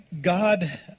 God